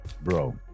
bro